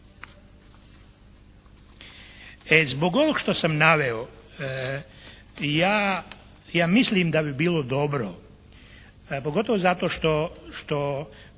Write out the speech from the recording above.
Zbog ovoga što sam naveo ja mislim da bi bilo dobro pogotovo zato što